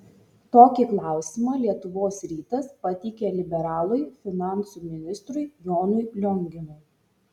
tokį klausimą lietuvos rytas pateikė liberalui finansų ministrui jonui lionginui